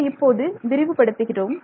இதை இப்போது விரிவு படுத்துகிறோம்